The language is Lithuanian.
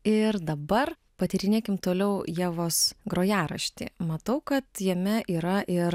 ir dabar patyrinėkim toliau ievos grojaraštį matau kad jame yra ir